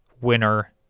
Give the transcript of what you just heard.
winner